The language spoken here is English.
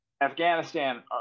Afghanistan